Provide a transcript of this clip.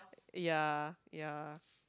ya ya